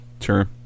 Sure